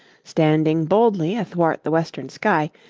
standing boldly athwart the western sky,